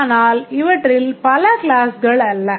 ஆனால் இவற்றில் பல க்ளாஸ்களல்ல